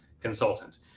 consultant